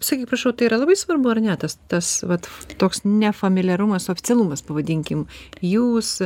sakyk prašau tai yra labai svarbu ar ne tas tas vat toks nefamiliarumas oficialumas pavadinkim jūs